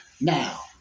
Now